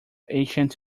ancient